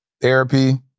Therapy